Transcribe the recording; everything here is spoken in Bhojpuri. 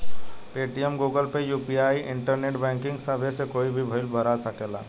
Paytm, Google Pay, UPI, internet banking सभ से कोई भी बिल भरा सकेला